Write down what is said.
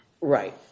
Right